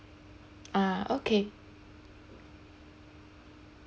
uh okay